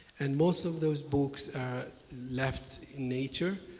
and most of those books are left in nature.